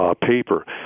paper